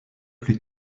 plus